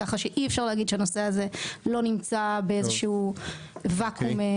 כך שאי-אפשר להגיד שהנושא הזה נמצא באיזשהו וואקום.